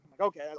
okay